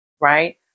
right